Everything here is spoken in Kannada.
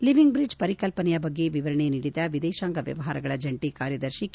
ಲಿವಿಂಗ್ ಬ್ರಿಡ್ಜ್ ಪರಿಕಲ್ಪನೆಯ ಬಗ್ಗೆ ವಿವರಣೆ ನೀಡಿದ ವಿದೇಶಾಂಗ ವ್ಯವಹಾರಗಳ ಜಂಟ ಕಾರ್ಯದರ್ಶಿ ಕೆ